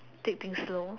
take things slow